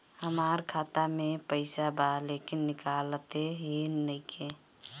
हमार खाता मे पईसा बा लेकिन निकालते ही नईखे?